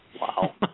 Wow